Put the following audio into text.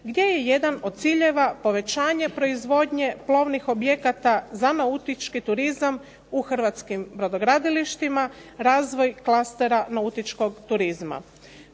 gdje je jedan od ciljeva povećanje proizvodnje plovnih objekata za nautički turizam u hrvatskim brodogradilištima razvoj klastera nautičkog turizma.